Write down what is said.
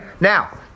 Now